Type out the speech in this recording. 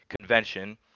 convention